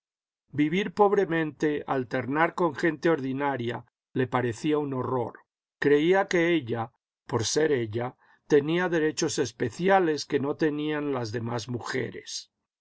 vivir pobremente alternar con gente ordinaria le parecía un horror creía que ella por ser ella tenía derechos especiales que no tenían las demás mujeres